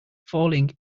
falling